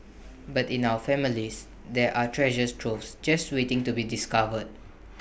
but in our families there are treasures troves just waiting to be discovered